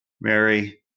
Mary